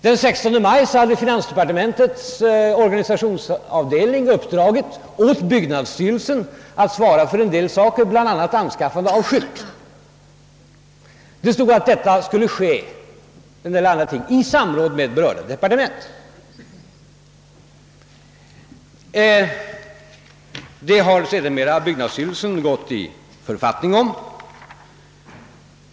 Den 16 maj hade finansdepartementets organisationsavdelning uppdragit åt byggnadsstyrelsen att svara för en del saker, bl.a. anskaffandet av nämnda skylt. I handlingarna stod att detta skulle ske i samråd med berörda departement. Det har sedermera byggnadsstyrelsen gått i författning om.